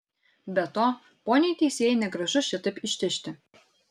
be to poniai teisėjai negražu šitaip ištižti